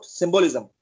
symbolism